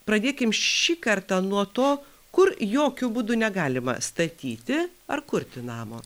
pradėkim šį kartą nuo to kur jokiu būdu negalima statyti ar kurti namo